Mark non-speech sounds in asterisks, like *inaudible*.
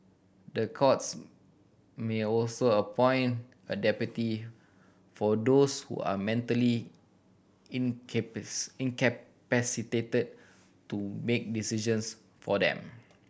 the courts may also appoint a deputy for those who are mentally *unintelligible* incapacitated to make decisions for them